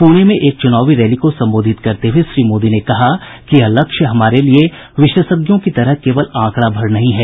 पूणे में एक चुनावी रैली को संबोधित करते हुए श्री मोदी ने कहा कि यह लक्ष्य हमारे लिए विशेषज्ञों की तरह केवल आंकड़ा भर नहीं है